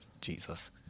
Jesus